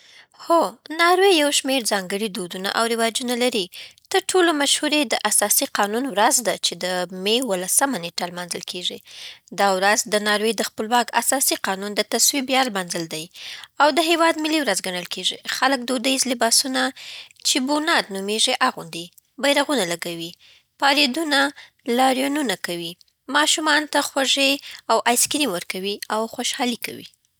هو، ناروې یو شمېر ځانګړي دودونه او رواجونه لري. تر ټولو مشهور یې د اساسي قانون ورځ ده، چې د می اوولسمه نېټه لمانځل کېږي. دا ورځ د ناروې د خپلواک اساسي قانون د تصویب یاد لمانځل دی، او د هېواد ملي ورځ ګڼل کېږي. خلک دودیز لباسونه چې بوناد نومېږي اغوندي، بیرغونه لګوي، پارېدونه لاریونونه کوي، ماشومانو ته خوږې او آیس کریم ورکوي، او خوشحالۍ کوي.